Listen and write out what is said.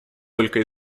только